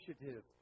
initiative